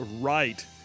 right